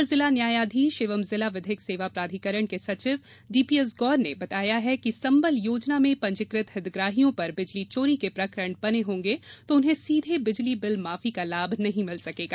अपर जिला न्यायाधीश एवं जिला विधिक सेवा प्राधिकरण के सचिव डी पी एस गौर ने बताया कि संबल योजना में पंजीकृत हितग्राहियों पर बिजली चोरी के प्रकरण बने होंगे तो उन्हें सीधे बिजली बिल माफी का लाभ नहीं मिल सकेगा